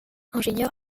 ingénieur